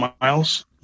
miles